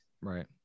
Right